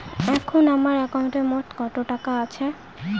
এখন আমার একাউন্টে মোট কত টাকা আছে?